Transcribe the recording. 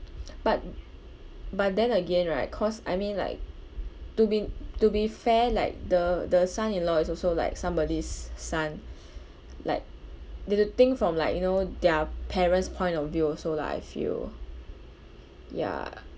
but but then again right cause I mean like to be to be fair like the the son-in-law is also like somebody's son like you have to think from like you know their parents' point of view also lah I feel ya